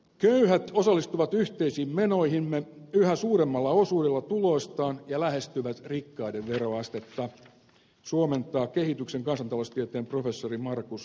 köyhät osallistuvat yhteisiin menoihimme yhä suuremmalla osuudella tuloistaan ja lähestyvät rikkaiden veroastetta suomentaa kehityksen kansantaloustieteen professori markus jäntti